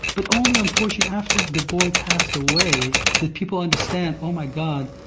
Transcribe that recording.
but only unfortunately after the boy passed away did people understand, oh, my god,